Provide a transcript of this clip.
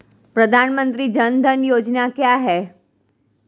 प्रधानमंत्री जन धन योजना क्या है?